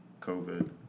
COVID